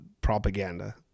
propaganda